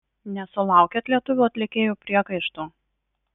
nesulaukėt lietuvių atlikėjų priekaištų